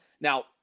now